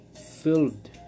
filled